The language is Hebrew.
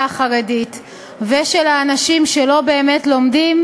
החרדית ושל האנשים שלא באמת לומדים,